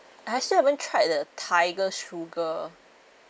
I still haven't tried the tiger sugar